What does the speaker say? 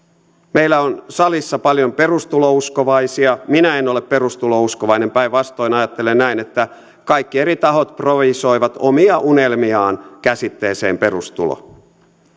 meillä on salissa paljon perustulouskovaisia minä en ole perustulouskovainen päinvastoin ajattelen näin että kaikki eri tahot projisoivat omia unelmiaan käsitteeseen perustulo